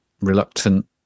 reluctant